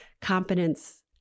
Competence